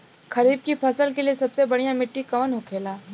खरीफ की फसल के लिए सबसे बढ़ियां मिट्टी कवन होखेला?